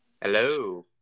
Hello